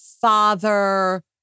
father